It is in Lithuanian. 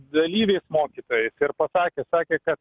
dalyviais mokytojais ir pasakė sakė kad